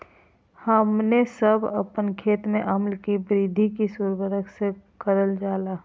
हमने सब अपन खेत में अम्ल कि वृद्धि किस उर्वरक से करलजाला?